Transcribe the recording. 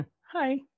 hi